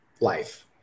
life